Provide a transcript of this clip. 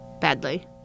badly